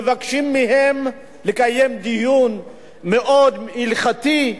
מבקשים מהם לקיים דיון מאוד הלכתי,